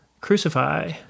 Crucify